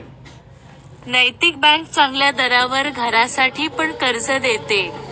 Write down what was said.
नैतिक बँक चांगल्या दरावर घरासाठी पण कर्ज देते